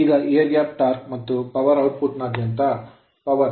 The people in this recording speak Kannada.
ಈಗ ಏರ್ ಗ್ಯಾಪ್ ಟಾರ್ಕ್ ಮತ್ತು ಪವರ್ ಔಟ್ಪುಟ್ ನಾದ್ಯಂತ ಪವರ್